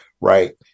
right